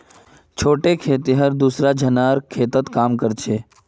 छोटे खेतिहर दूसरा झनार खेतत काम कर छेक